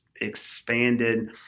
expanded